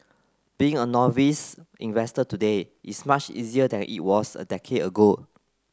being a novice investor today is much easier than it was a decade ago